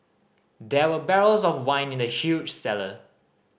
there were barrels of wine in the huge cellar